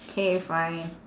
K fine